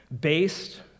based